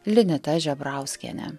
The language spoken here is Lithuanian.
linita žebrauskiene